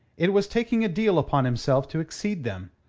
it was taking a deal upon himself to exceed them.